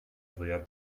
fwyaf